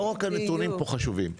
לא רק הנתונים חשובים פה.